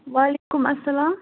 وعَلیکُم اسلام